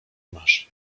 masz